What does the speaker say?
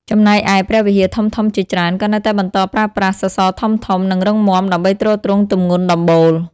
ចំណែកឯ ព្រះវិហារធំៗជាច្រើន ក៏នៅតែបន្តប្រើប្រាស់ សសរធំៗ និងរឹងមាំ ដើម្បីទ្រទ្រង់ទម្ងន់ដំបូល។